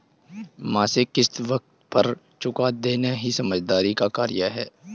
मासिक किश्त वक़्त पर चूका देना ही समझदारी का कार्य है